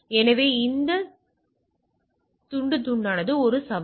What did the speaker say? எனவே அந்த துண்டு துண்டானது ஒரு சவால்